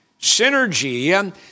Synergy